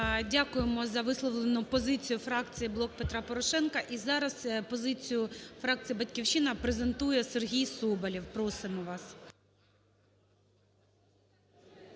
Дякуємо за висловлену позицію фракції "Блок Петра Порошенка". І зараз позицію фракції "Батьківщина" презентує Сергій Соболєв, просимо вас.